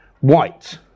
White